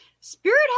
spirit